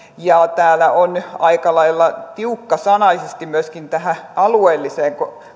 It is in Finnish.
ja täällä on aika lailla tiukkasanaisesti sanottu myöskin tähän alueelliseen